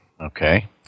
Okay